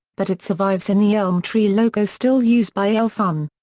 but it survives in the elm tree logo still used by elfun.